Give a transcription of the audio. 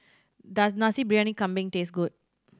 does Nasi Briyani Kambing taste good